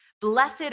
Blessed